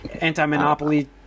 Anti-Monopoly